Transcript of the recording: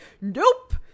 Nope